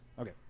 Okay